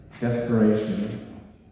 desperation